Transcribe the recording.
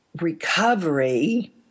recovery